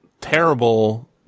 terrible